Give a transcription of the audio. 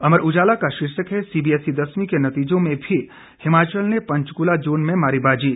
अमर उजाला का शीर्षक है सीबीएसई दसवीं के नतीजों में भी हिमाचल ने पंचकूला जोन में मारी बाजी